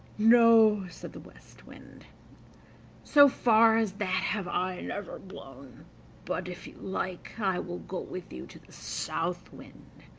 no, said the west wind so far as that have i never blown but if you like i will go with you to the south wind,